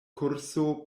kurso